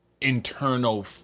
internal